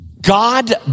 God